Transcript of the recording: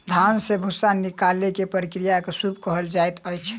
धान से भूस्सा निकालै के प्रक्रिया के सूप कहल जाइत अछि